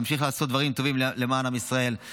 תמשיך לעשות דברים טובים למען עם ישראל,